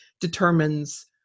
determines